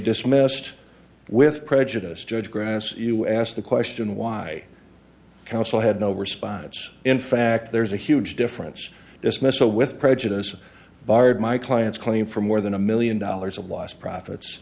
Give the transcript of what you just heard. dismissed with prejudiced judge gratis you asked the question why counsel had no response in fact there's a huge difference dismissal with prejudice barred my client's claim for more than a million dollars a lost profits